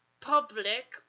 public